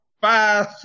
Five